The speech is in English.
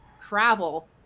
travel